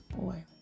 Boy